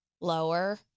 Lower